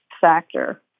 factor